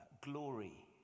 Glory